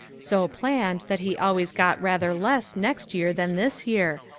so planned that he always got rather less next year than this year,